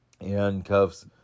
handcuffs